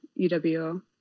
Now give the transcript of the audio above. UWO